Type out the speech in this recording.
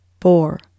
four